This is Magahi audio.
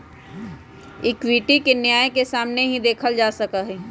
इक्विटी के न्याय के सामने ही देखल जा सका हई